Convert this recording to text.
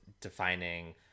defining